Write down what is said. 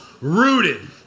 Rooted